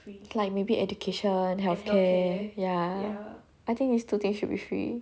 like maybe education healthcare ya I think these two things should be free